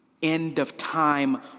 end-of-time